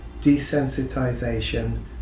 Desensitization